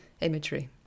imagery